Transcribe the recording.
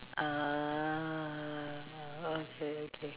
ah okay okay